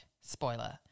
Spoiler